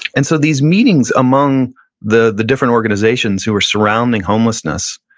and so these meetings among the the different organizations who are surrounding homelessness,